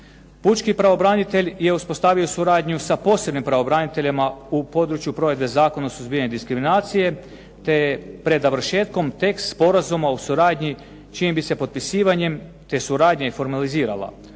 Pučki pravobranitelj je uspostavio suradnju sa posebnim pravobraniteljima u području provedbe Zakona o suzbijanju diskriminacije, te je pred završetkom tekst Sporazuma o suradnji čijim bi se potpisivanjem ta suradnja i formalizirala.